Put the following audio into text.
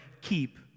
keep